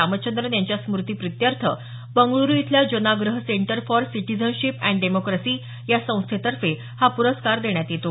रामचंद्रन यांच्या स्मृती प्रित्यर्थ बंगळुरू इथल्या Janaagraha centre for citizenship and democracy या संस्थेतर्फे हा प्रस्कार देण्यात येतो